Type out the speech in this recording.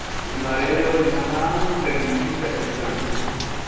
म्हाराज इ'यां हा गड्डी सर्विस करानी ही असें